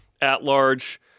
at-large